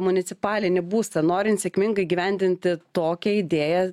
municipalinį būstą norint sėkmingai įgyvendinti tokią idėją